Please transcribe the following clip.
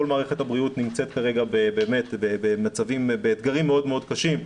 כל מערכת הבריאות נמצאת כרגע באתגרים מאוד מאוד קשים,